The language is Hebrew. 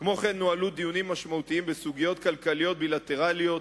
כמו כן נוהלו דיונים משמעותיים בסוגיות כלכליות בילטרליות,